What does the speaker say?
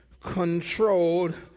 controlled